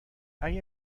اگه